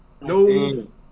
No